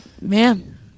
man